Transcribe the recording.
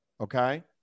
okay